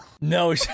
No